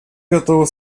готовы